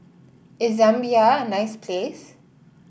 is Zambia a nice place